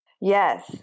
Yes